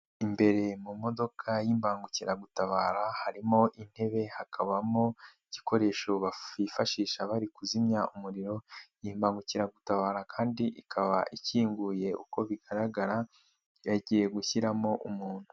Imbere mu modoka y'imbangukiragutabara harimo intebe hakabamo igikoresho bifashisha bari kuzimya umuriro, iyi mbangukiragutabara kandi ikaba ikinguye uko bigaragara bagiye gushyiramo umuntu.